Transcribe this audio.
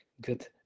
Good